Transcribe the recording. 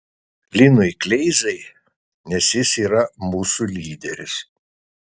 linui kleizai nes jis yra mūsų lyderis